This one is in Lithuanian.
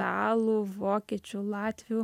talų vokiečių latvių